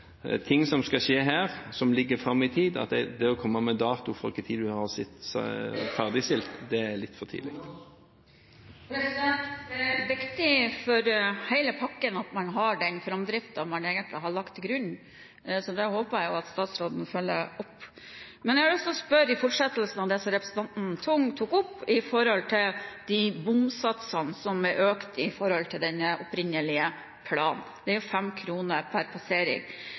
å komme med en dato for når vi vil ha ferdigstilt, er litt for tidlig. Det er viktig for hele pakken at man har den framdriften man egentlig har lagt til grunn. Det håper jeg at statsråden følger opp. Jeg har lyst til å spørre – i fortsettelsen av det som representanten Tung tok opp – om de bomsatsene som er økt i forhold til den opprinnelige planen. Det er 5 kr per passering.